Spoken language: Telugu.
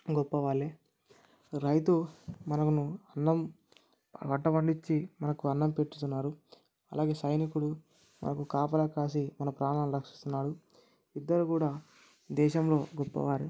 గొప్పవాళ్ళే రైతు మనకు అన్నం వంట వడ్డించి మనకు అన్నం పెట్టుతున్నారు అలాగే సైనికుడు మనకు కాపలా కాసి మన ప్రాణాలు రక్షిస్తున్నాడు ఇద్దరు కూడా దేశంలో గొప్పవారే